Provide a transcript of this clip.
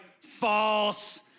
false